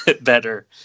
better